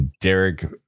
Derek